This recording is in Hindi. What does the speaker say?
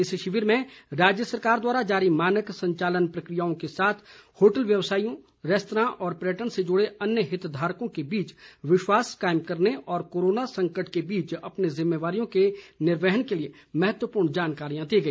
इस शिविर में राज्य सरकार द्वारा जारी मानक संचालन प्रक्रियाओं के साथ होटल व्यवसायियों रेस्तरां और पर्यटन से जुड़े अन्य हितधारकों के बीच विश्वास कायम करने और कोरोना संकट के बीच अपनी जिम्मेवारियों के निर्वहन के लिए महत्वपूर्ण जानकारियां दी गई